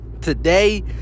Today